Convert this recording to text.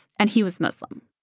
and he was muslim